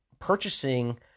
purchasing